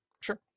Sure